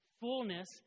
fullness